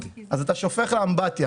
לכן אתה שופך לאמבטיה.